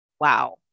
wow